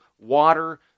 water